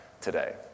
today